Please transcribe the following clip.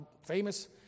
Famous